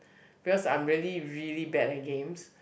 because I'm really really bad at games